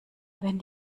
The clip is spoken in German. wenn